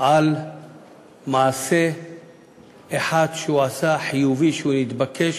על מעשה אחד שהוא עשה, חיובי, שהוא התבקש.